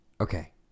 okay